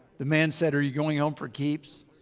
the man said are you going home for keeps.